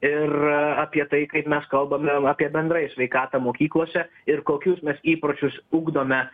ir apie tai kaip mes kalbame apie bendrai sveikatą mokyklose ir kokius mes įpročius ugdome